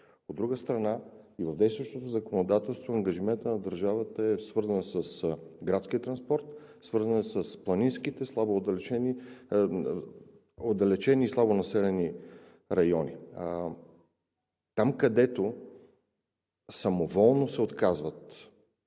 От друга страна, и в действащото законодателство ангажиментът на държавата е свързан с градския транспорт, свързан е с планинските отдалечени и слабонаселени райони. Там, където самоволно се отказват